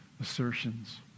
assertions